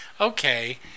Okay